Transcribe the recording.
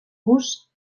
bus